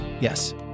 Yes